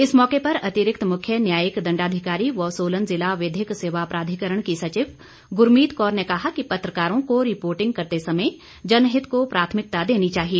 इस मौके पर अतिरिक्त मुख्य न्यायिक दंडाधिकारी व सोलन ज़िला विधिक सेवा प्राधिकरण की सचिव गुरमीत कौर ने कहा कि पत्रकारों को रिपोर्टिंग करते समय जनहित को प्राथमिकता देनी चाहिए